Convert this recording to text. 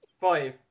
Five